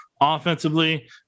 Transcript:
offensively